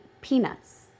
peanuts